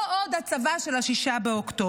לא עוד הצבא של 6 באוקטובר.